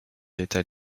later